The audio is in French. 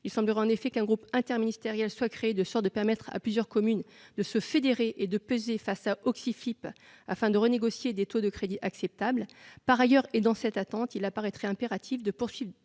Il semblerait en effet qu'un groupe interministériel soit créé pour permettre à plusieurs communes de se fédérer et de peser face à Auxifip, afin de renégocier des taux de crédit acceptables. Par ailleurs, et dans cette attente, il est impératif de poursuivre